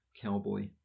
cowboy